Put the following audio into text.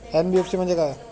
NBFC म्हणजे काय?